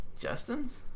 Justin's